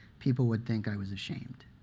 people would think i was ashamed,